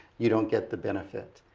you don't get the benefit.